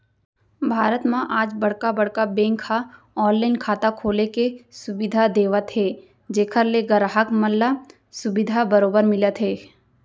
भारत म आज बड़का बड़का बेंक ह ऑनलाइन खाता खोले के सुबिधा देवत हे जेखर ले गराहक मन ल सुबिधा बरोबर मिलत हे